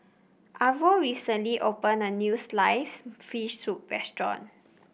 Arvo recently opened a new sliced fish soup restaurant